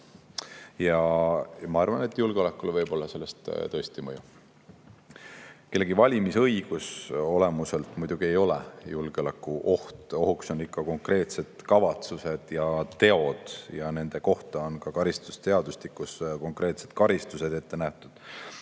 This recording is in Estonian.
Ma arvan, et julgeolekule võib sellel tõesti mõju olla. Kellegi valimisõigus ei ole olemuselt muidugi julgeolekuoht, ohuks on ikka konkreetsed kavatsused ja teod. Nende kohta on ka karistusseadustikus konkreetsed karistused ette nähtud.